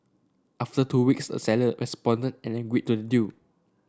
after two weeks the seller responded and agreed to the deal